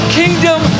kingdom